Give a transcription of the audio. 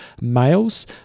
males